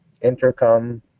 Intercom